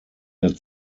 der